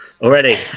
already